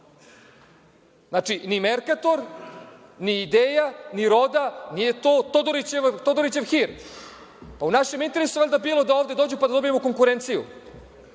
znači, ni „Merkator“, ni „Idea“, ni „Roda“, nije to Todorićev hir. Pa, u našem interesu je valjda bilo da ovde dođu pa da dobijemo konkurenciju,